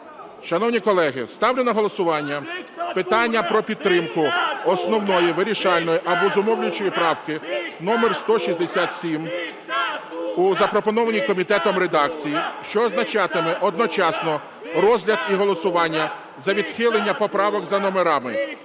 Шановні колеги, ставлю на голосування питання про підтримку основної, вирішальної або зумовлюючої правки номер 167 у запропонованій комітетом редакції, що означатиме одночасно розгляд і голосування за відхилення поправок за номерами: